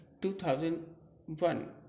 2001